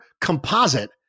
composite